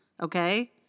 Okay